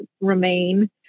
remain